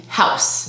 house